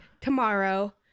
tomorrow